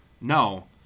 No